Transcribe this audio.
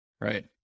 right